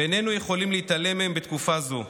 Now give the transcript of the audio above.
ואיננו יכולים להתעלם מהם בתקופה זו.